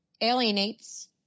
alienates